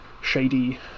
shady